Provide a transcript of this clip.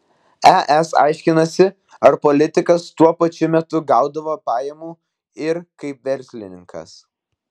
es aiškinasi ar politikas tuo pačiu metu gaudavo pajamų ir kaip verslininkas